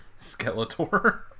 Skeletor